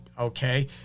Okay